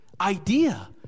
idea